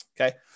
Okay